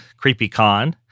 CreepyCon